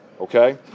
Okay